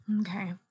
Okay